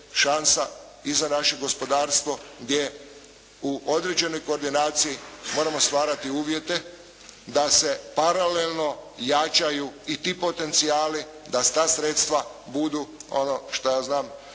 i za naše gospodarstvo gdje u određenoj koordinaciji moramo stvarati uvjete da se paralelno jačaju i ti potencijali da ta sredstva budu ono što ja znam